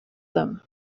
them